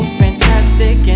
fantastic